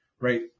right